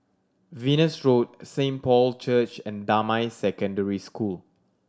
Venus Road Saint Paul Church and Damai Secondary School